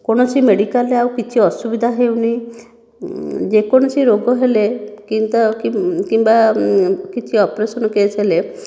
କୌଣସି ମେଡ଼ିକାଲରେ ଆଉ କିଛି ଅସୁବିଧା ହେଉନି ଯେକୌଣସି ରୋଗ ହେଲେ କିନ୍ତା କିମ୍ବା କିଛି ଅପରେସନ୍ କେସ୍ ହେଲେ